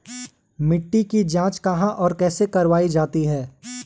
मिट्टी की जाँच कहाँ और कैसे करवायी जाती है?